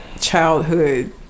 childhood